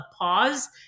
pause